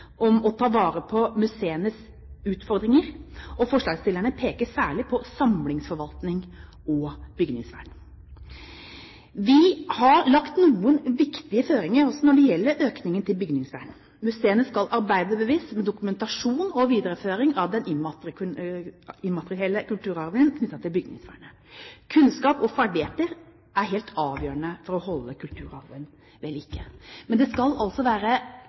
om å ta vare på museenes utfordringer, og forslagsstillerne peker særlig på samlingsforvaltning og bygningsvern. Vi har lagt noen viktige føringer også når det gjelder økningen til bygningsvern. Museene skal arbeide bevisst med dokumentasjon og videreføring av den immaterielle kulturarven knyttet til bygningsvernet. Kunnskap og ferdigheter er helt avgjørende for å holde kulturarven ved like. Det skal altså være